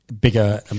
bigger